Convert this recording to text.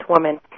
Woman